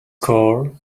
core